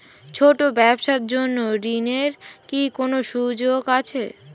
ছোট ব্যবসার জন্য ঋণ এর কি কোন সুযোগ আছে?